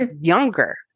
younger